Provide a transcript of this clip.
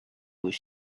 was